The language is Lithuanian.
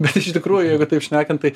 bet iš tikrųjų jeigu taip šnekant tai